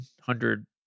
hundred